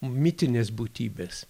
mitinės būtybės